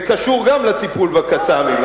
זה קשור גם לטיפול ב"קסאמים",